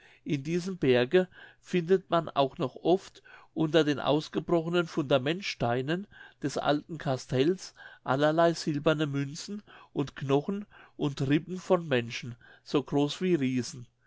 in diesem berge findet man auch noch oft unter den ausgebrochenen fundamentsteinen des alten castells allerlei silberne münzen und knochen und rippen von menschen so groß wie riesen